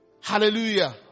Hallelujah